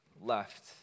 left